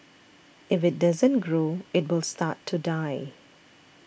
if it doesn't grow it will start to die